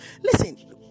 listen